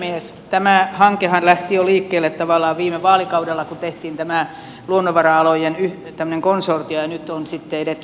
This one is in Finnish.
tämä hankehan lähti jo liikkeelle tavallaan viime vaalikaudella kun tehtiin luonnonvara alojen konsortio ja nyt on sitten edetty luonnonvarakeskukseksi